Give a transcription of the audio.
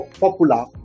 popular